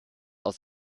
aus